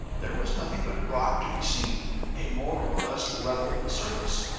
there was nothing but rock to be seen a more or less level surface,